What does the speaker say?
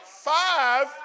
Five